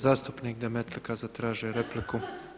Zastupnik Demetlika zatražio je repliku.